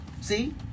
See